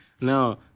No